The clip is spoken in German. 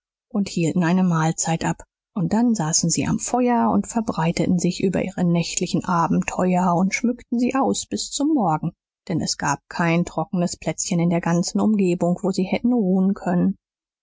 und hielten eine mahlzeit ab und dann saßen sie am feuer und verbreiteten sich über ihre nächtlichen abenteuer und schmückten sie aus bis zum morgen denn es gab kein trockenes plätzchen in der ganzen umgebung wo sie hätten ruhen können